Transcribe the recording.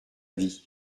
vie